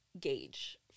gauge